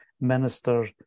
minister